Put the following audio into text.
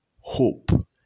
hope